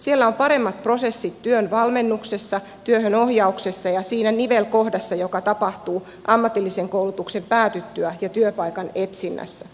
siellä on paremmat prosessit työvalmennuksessa työhönohjauksessa ja siinä nivelkohdassa joka tapahtuu ammatillisen koulutuksen päätyttyä ja työpaikan etsinnässä